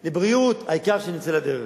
לבריאות, העיקר שנצא לדרך.